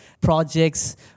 projects